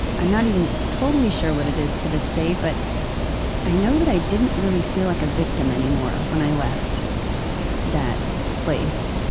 i'm not even totally sure what it is to this day. but i know that i didn't really feel like a victim anymore when i left that place.